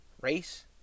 Race